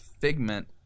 figment